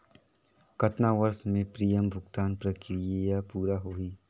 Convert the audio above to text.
कतना वर्ष मे प्रीमियम भुगतान प्रक्रिया पूरा होही?